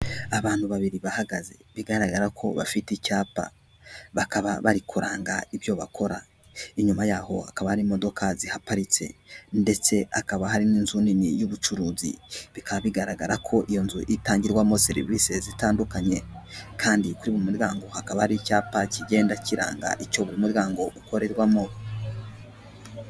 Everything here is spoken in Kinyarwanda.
Abantu babiri bahagaze. Bigaragara ko bafite icyapa. Bakaba bari kuranga ibyo bakora. Inyuma yaho hakaba hari imodoka ziparitse ndetse hakaba hari n'inzu nini y'ubucuruzi. Bikaba bigaragara ko iyo nzu itangirwamo serivisi zitandukanye kandi kuri buri muryango, hakaba hari icyapa kigenda kiranga icyo buri muryango ukorerwamo.